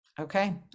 Okay